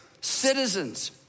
citizens